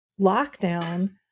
lockdown